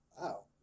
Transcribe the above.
Wow